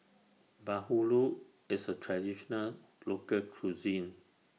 Bahulu IS A Traditional Local Cuisine